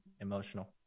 emotional